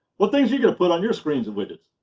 what things are you going to put on your screens and widgets?